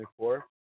24